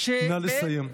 נא לסיים.